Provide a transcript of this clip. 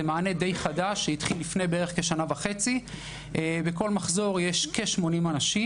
זה מענה די חדש שהתחיל לפני כשנה וחצי ובכל מחזור יש כ-80 אנשים